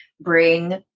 bring